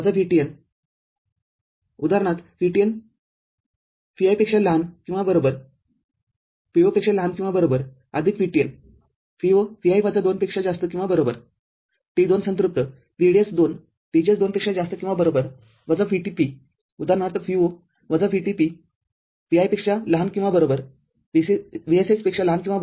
VT ≤ Vi ≤ Vo VT Vo≥ Vi २ • T २ संतृप्त VSD २ ≥ VSG २ VT i